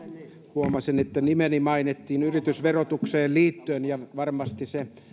huomasin että nimeni mainittiin yritysverotukseen liittyen varmasti se